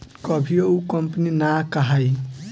कभियो उ कंपनी ना कहाई